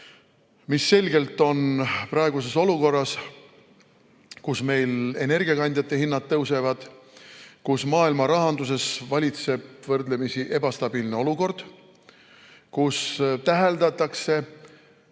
mis selgelt on praeguses olukorras [raskustes]. Energiakandjate hinnad tõusevad, maailma rahanduses valitseb võrdlemisi ebastabiilne olukord ja täheldatakse